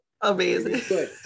Amazing